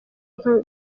nka